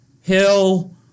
Hill